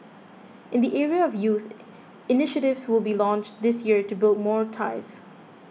in the area of youth initiatives will be launched this year to build more ties